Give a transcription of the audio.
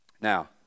Now